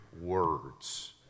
words